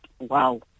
wow